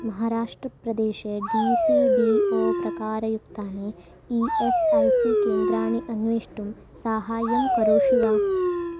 महाराष्ट्रप्रदेशे D C B O प्रकारयुक्तानि E S I C केन्द्राणि अन्वेष्टुं साहाय्यं करोषि वा